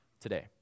today